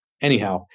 Anyhow